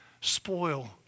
spoil